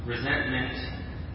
Resentment